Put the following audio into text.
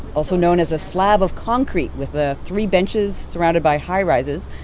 also known as a slab of concrete with ah three benches surrounded by high-rises,